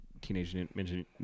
teenage